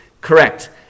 Correct